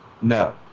No